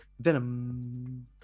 Venom